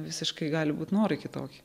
visiškai gali būt norai kitokie